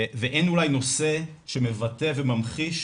ואין אולי נושא שמבטא וממחיש